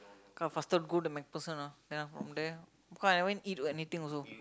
come faster go the MacPherson ah ya from there cause I haven't eat anything also